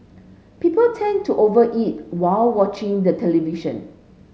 people tend to over eat while watching the television